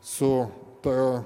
su ta